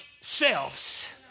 selves